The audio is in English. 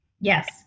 Yes